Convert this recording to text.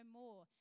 more